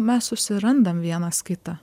mes susirandam vienas kitą